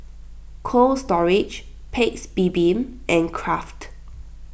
Cold Storage Paik's Bibim and Kraft